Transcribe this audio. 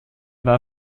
war